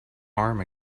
arm